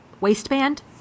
waistband